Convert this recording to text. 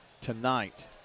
tonight